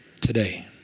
today